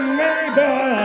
neighbor